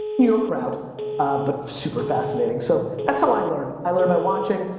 new york crowd but super fascinating so that's how i learn. i learn by watching,